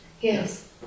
Yes